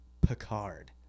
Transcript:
Picard